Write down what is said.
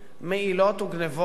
מעילות וגנבות,